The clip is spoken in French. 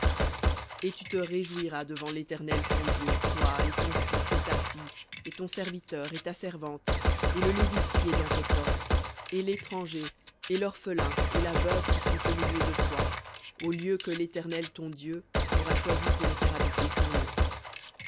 et tu te réjouiras devant l'éternel ton dieu toi et ton fils et ta fille et ton serviteur et ta servante et le lévite qui est dans tes portes et l'étranger et l'orphelin et la veuve qui sont au milieu de toi au lieu que l'éternel ton dieu aura choisi pour y faire habiter son nom